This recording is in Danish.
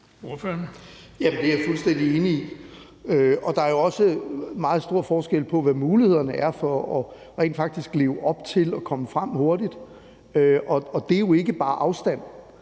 Det er jeg fuldstændig enig i. Der er jo også meget stor forskel på, hvad mulighederne for rent faktisk at leve op til kravet om at komme frem hurtigt, er, og det er jo ikke bare afstanden